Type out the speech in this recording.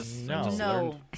No